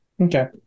Okay